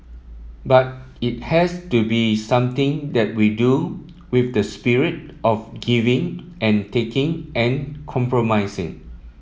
but it has to be something that we do with the spirit of giving and taking and compromising